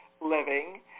living